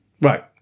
Right